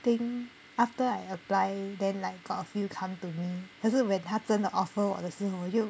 think after I apply then like got a few come to me 可是 when 他真的 offer 我的时候我又